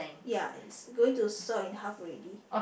ya he's going to saw in half already